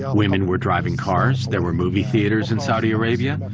yeah women were driving cars. there were movie theaters in saudi arabia.